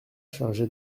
chargée